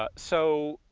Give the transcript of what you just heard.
ah so,